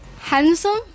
Handsome